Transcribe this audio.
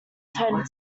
turning